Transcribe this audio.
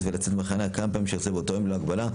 ולצאת מהחניה כמה פעמים שירצה באותו יום ללא הגבלה,